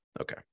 okay